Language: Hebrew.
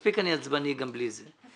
מספיק אני עצבני גם בלי זה.